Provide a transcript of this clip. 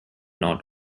not